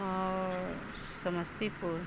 आओर समस्तीपुर